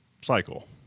cycle